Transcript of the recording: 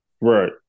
Right